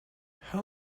how